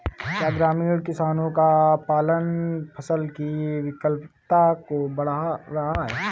क्या ग्रामीण किसानों का पलायन फसल की विफलता को बढ़ा रहा है?